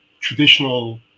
traditional